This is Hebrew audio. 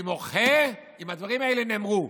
אני מוחה אם הדברים האלה נאמרו.